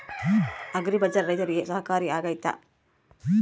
Agri Bazaar ರೈತರಿಗೆ ಸಹಕಾರಿ ಆಗ್ತೈತಾ?